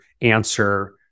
answer